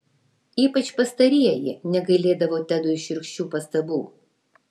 ypač pastarieji negailėdavo tedui šiurkščių pastabų